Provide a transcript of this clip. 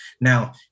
Now